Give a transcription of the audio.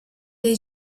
dei